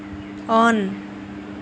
on